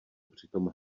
přitom